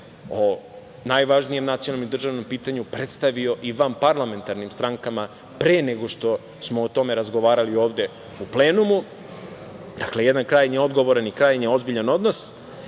o najvažnijem nacionalnom i državnom pitanju predstavio i vanparlamentarnim strankama pre nego što smo o tome razgovarali ovde u plenumu. Dakle, jedan krajnje odgovoran i krajnje ozbiljan odnos.